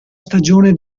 stagione